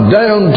down